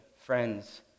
friends